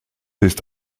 ist